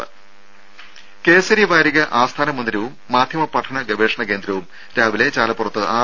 രുര കേസരി വാരിക ആസ്ഥാന മന്ദിരവും മാധ്യമ പഠന ഗവേഷണ കേന്ദ്രവും രാവിലെ ചാലപ്പുറത്ത് ആർ